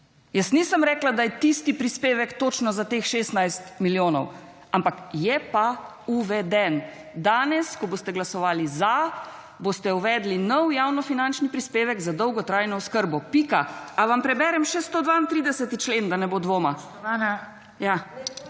Jaz nisem rekla, da je tisti prispevek točno za teh 16 milijonov, ampak je pa uveden. Danes, ko boste glasovali za, boste uvedli nov javnofinančni prispevek za dolgotrajno oskrbo, pika. Ali vam preberem še 132. člen, da ne bo dvoma?